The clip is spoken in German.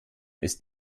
ist